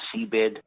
seabed